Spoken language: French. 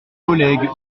collègues